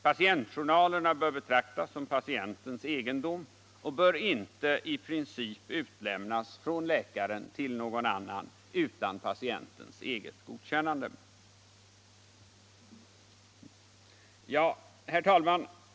Patientjournalerna bör betraktas som patientens egendom och bör inte i princip utlämnas från läkaren till någon annan utan patientens eget godkännande. Herr talman!